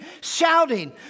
shouting